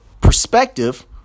perspective